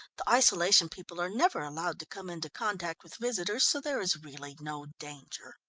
the isolation people are never allowed to come into contact with visitors, so there is really no danger.